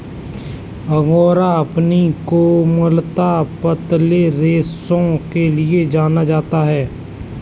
angora अपनी कोमलता, पतले रेशों के लिए जाना जाता है